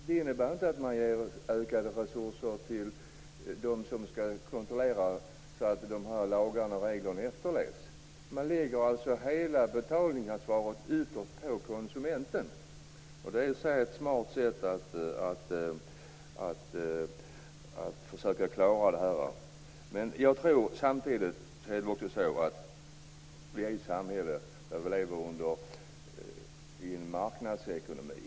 Det innebär inte att man ger ökade resurser till dem som skall kontrollera att lagarna och reglerna efterlevs. Man lägger ytterst hela betalningsansvaret på konsumenten. Det är i och för sig ett smart sätt att klara det. Samtidigt måste jag säga att vi lever i en marknadsekonomi.